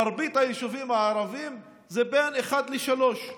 מרבית היישובים הערביים הם בין 1 ל-3,